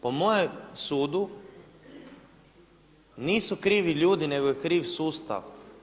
Po mojem sudu nisu krivi ljudi nego je kriv sustav.